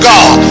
God